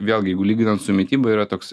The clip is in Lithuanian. vėlgi jeigu lyginant su mityba yra toks